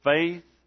Faith